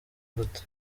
gute